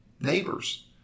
neighbors